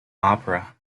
opera